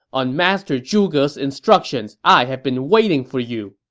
on master zhuge's instructions, i have been waiting for you